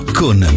con